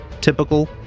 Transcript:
Typical